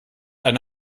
eine